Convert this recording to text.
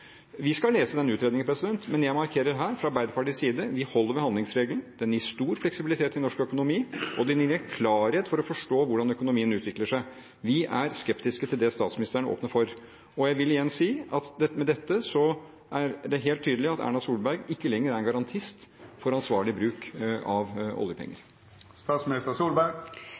Vi skal lese den utredningen, men jeg markerer her, fra Arbeiderpartiets side, at vi holder ved handlingsregelen. Den gir stor fleksibilitet i norsk økonomi, og den inngir klarhet for å forstå hvordan økonomien utvikler seg. Vi er skeptiske til det statsministeren åpner for. Jeg vil igjen si at med dette er det helt tydelig at Erna Solberg ikke lenger er en garantist for ansvarlig bruk av